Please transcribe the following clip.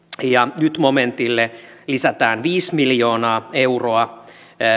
ja nyt momentille lisätään viisi miljoonaa euroa